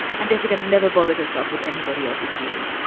and jessica never bothered herself with anybody else's feelings